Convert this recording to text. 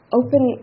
open